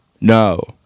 No